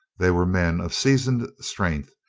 they were men of seasoned strength,